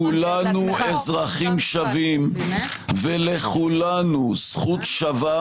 כולנו אזרחים שווים ולכולנו זכות שווה